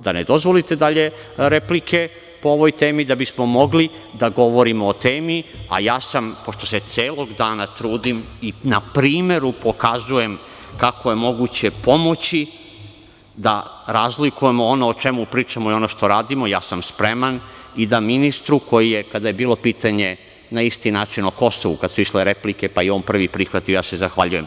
da ne dozvolite dalje replike po ovoj temi, da bismo mogli da govorimo o temi, a ja sam, pošto se celog dana trudim i na primeru pokazujem kako je moguće pomoći da razlikujemo ono o čemu pričamo i ono što radimo, spreman sam i da ministru kada je bilo pitanje na isti način o Kosovu, kada su išle replike, pa i on prvi prihvatio i ja se zahvaljujem.